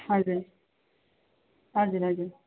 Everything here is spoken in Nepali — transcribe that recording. हजुर हजुर हजुर